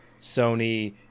Sony